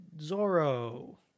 Zoro